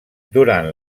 durant